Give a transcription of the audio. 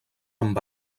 amb